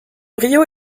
rio